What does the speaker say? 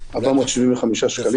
475 שקלים.